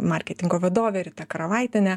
marketingo vadovė rita karavaitienė